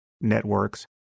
networks